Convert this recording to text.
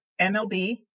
MLB